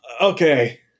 Okay